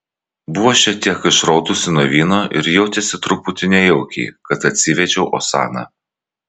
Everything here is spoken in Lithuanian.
buvo šiek tiek išraudusi nuo vyno ir jautėsi truputį nejaukiai kad atsivedžiau osaną